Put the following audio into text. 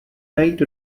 najít